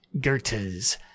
goethe's